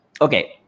okay